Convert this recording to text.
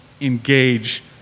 engage